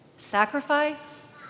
Sacrifice